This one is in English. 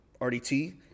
RDT